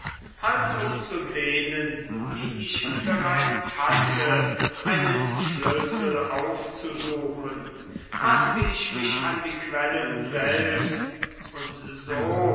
als um zu denen die ich bereits hatte einen schlüssel aufzusuchen machte ich mich an die quellen selbst und so